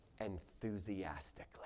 enthusiastically